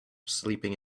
sleeping